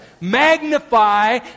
Magnify